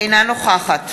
אינה נוכחת